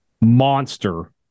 monster